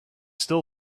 still